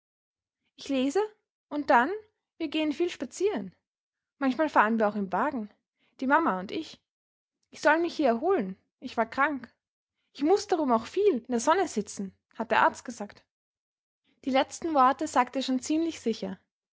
ich lese und dann wir gehen viel spazieren manchmal fahren wir auch im wagen die mama und ich ich soll mich hier erholen ich war krank ich muß darum auch viel in der sonne sitzen hat der arzt gesagt die letzten worte sagte er schon ziemlich sicher